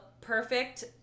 perfect